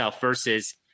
versus